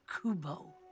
Kubo